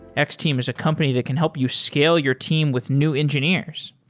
x-team is a company that can help you scale your team with new engineers.